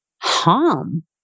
harm